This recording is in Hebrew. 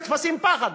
נתפסים פחד,